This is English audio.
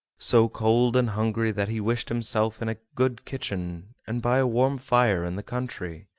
so cold and hungry that he wished himself in a good kitchen and by a warm fire in the country.